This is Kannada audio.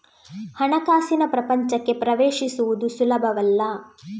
ಹಣಕಾಸಿನ ಪ್ರಪಂಚಕ್ಕೆ ಪ್ರವೇಶಿಸುವುದು ಸುಲಭವಲ್ಲ